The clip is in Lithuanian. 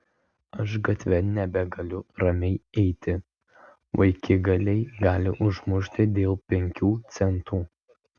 aš gatve nebegaliu ramiai eiti vaikigaliai gali užmušti dėl penkių centų